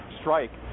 strike